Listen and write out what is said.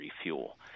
refuel